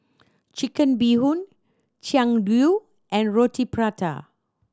Chicken Bee Hoon chian dui and Roti Prata